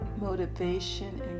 motivation